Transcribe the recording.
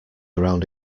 around